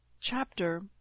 chapter